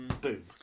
Boom